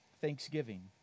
thanksgiving